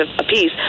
apiece